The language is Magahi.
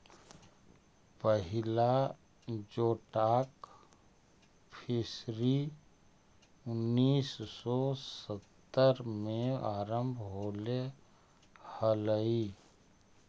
पहिला जोटाक फिशरी उन्नीस सौ सत्तर में आरंभ होले हलइ